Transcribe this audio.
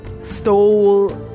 stole